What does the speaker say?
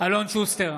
אלון שוסטר,